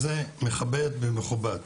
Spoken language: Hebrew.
זה מכבד ומכובד.